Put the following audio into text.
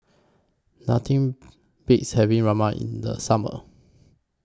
Nothing Beats having Ramen in The Summer